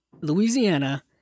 Louisiana